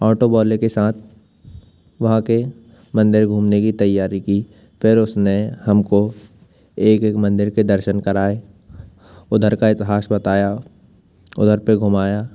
auto वाले के साथ वहाँ के मंदिर घूमने की तैयारी की फिर उसने हम को एक एक मंदिर के दर्शन कराए उधर का इतिहास बताया उधर पर घुमाया